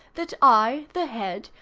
that i, the head,